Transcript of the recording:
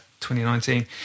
2019